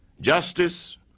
justice